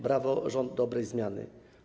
Brawo, rządzie dobrej zmiany!